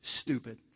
stupid